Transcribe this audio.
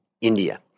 India